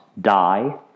die